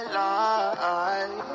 life